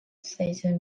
season